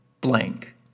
blank